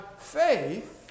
faith